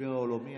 המשבר העולמי,